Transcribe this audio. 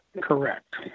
Correct